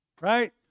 Right